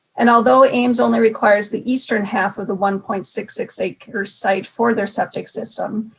and although ames only requires the eastern half of the one point six six acre site for their septic system,